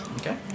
Okay